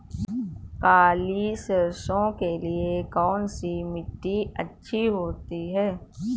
काली सरसो के लिए कौन सी मिट्टी अच्छी होती है?